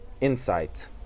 insight